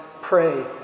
Pray